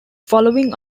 following